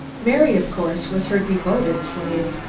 mary, of course, was her devoted slave,